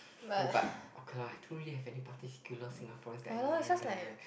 but okay lah I don't really have any particular Singaporeans that I admire leh